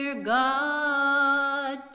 God